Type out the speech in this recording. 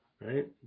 Right